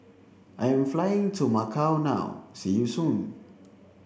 I am flying to Macau now see you soon